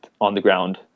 on-the-ground